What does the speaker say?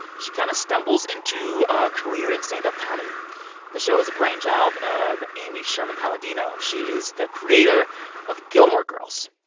she kind of stumbles into a career in stand-up comedy the show is the brainchild of amy sherman-palladino. she is the creator of gilmore girls.